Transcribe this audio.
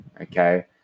Okay